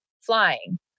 flying